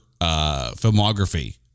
filmography